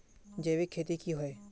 जैविक खेती की होय?